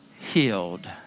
healed